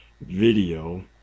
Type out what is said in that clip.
video